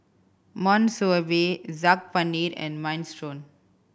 Monsunabe Saag Paneer and Minestrone